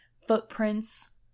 footprints